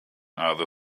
other